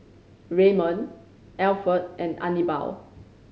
Ramon Alferd and Anibal